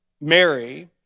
Mary